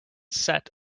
set